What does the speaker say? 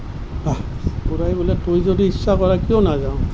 ৱাহ খুৰাই ক'লে তুমি যদি ইচ্ছা কৰা কিয় নাযাম